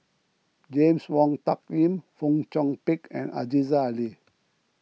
James Wong Tuck Yim Fong Chong Pik and Aziza Ali